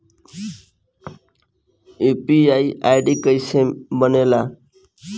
UPI ID कैसे बनेला?